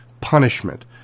punishment